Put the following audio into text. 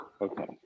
okay